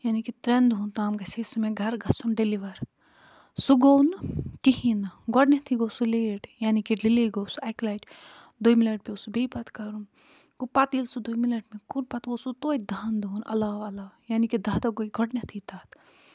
یانے کہِ ترٮ۪ن دۄہن تام گژھِ ہے سُہ گرٕ گژھُن ڈیلِوَر سُہ گوٚو نہٕ کِہیٖنٛۍ نہٕ گۄڈنٮ۪تھٕے گوٚو سُہ لیٹ یانے کہِ ڈِلیے گوٚو سُہ اَکہِ لَٹہِ دوٚیمہِ لَٹہِ پٮ۪وو سُہ بیٚیہِ پتہٕ کرُن گوٚو پَتہٕ ییٚلہِ سُہ دوٚیمہِ لَٹہِ مےٚ کوٚر پتہٕ گوٚو سُہ توتہِ دہَن دۄہَن علاو علاو یانے کہِ دَہ دۄہ گٔے گۄڈنٮ۪تھٕے تَتھ